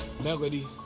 Melody